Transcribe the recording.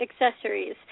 accessories